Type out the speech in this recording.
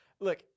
Look